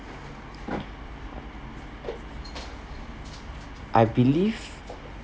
I believe